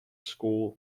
school